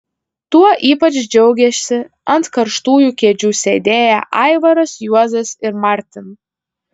tuo ypač džiaugėsi ant karštųjų kėdžių sėdėję aivaras juozas ir martin